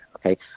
Okay